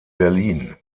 berlin